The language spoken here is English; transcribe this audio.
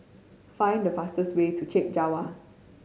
find the fastest way to Chek Jawa